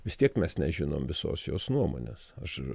vis tiek mes nežinom visos jos nuomonės aš